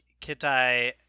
Kitai